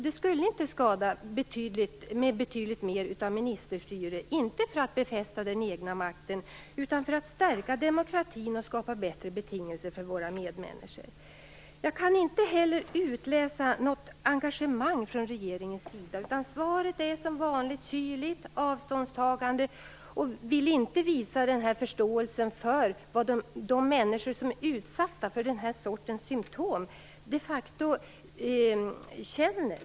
Det skulle inte skada med betydligt mer av ministerstyre - inte för att befästa den egna makten, utan för att stärka demokratin och skapa bättre betingelser för våra medmänniskor. Jag kan inte heller utläsa något engagemang från regeringens sida. Svaret är som vanligt kyligt, avståndstagande. Man vill inte visa förståelse för vad de människor som är utsatta för den här sortens symtom de facto känner.